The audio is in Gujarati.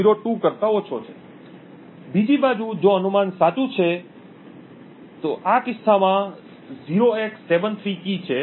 02 કરતા ઓછો છે બીજી બાજુ જો અનુમાન સાચું છે જે આ કિસ્સામાં 0x73 કી છે